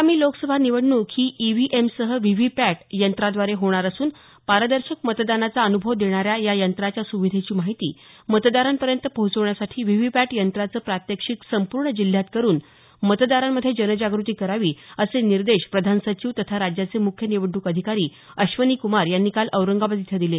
आगामी लोकसभा निवडणूक ही ईव्हीएमसह व्हीव्हीपॅट यंत्राद्वारे होणार असून पारदर्शक मतदानाचा अनुभव देणाऱ्या या यंत्राच्या सुविधेची माहिती मतदारांपर्यंत पोहोचवण्यासाठी व्हीव्हीपॅट यंत्राचं प्रात्यक्षिक संपूर्ण जिल्ह्यात करुन मतदारांमध्ये जनजागृती करावी असे निर्देश प्रधान सचिव तथा राज्याचे मुख्य निवडणूक अधिकारी अश्वनीक्मार यांनी काल औरंगाबाद इथं दिले